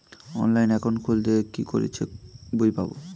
Online account খুললে কি করে চেক বই পাব?